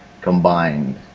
combined